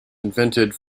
invented